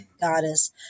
goddess